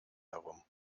darum